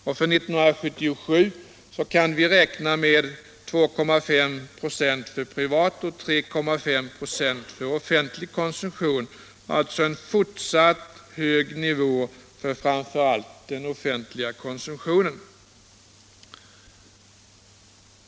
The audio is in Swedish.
För 1977 kan vi räkna med 2,5 96 för privat och 3,5 96 för offentlig konsumtion, dvs. en fortsatt hög nivå för framför allt den offentliga konsumtionen.